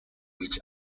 which